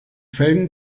felgen